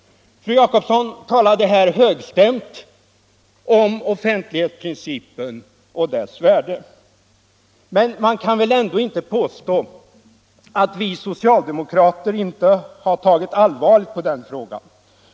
Fru Jacobsson talade högstämt om offentlighetsprincipen och dess värde. Men man kan väl ändå inte påstå att vi socialdemokrater inte tagit allvarligt på den frågan.